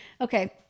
okay